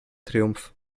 triumph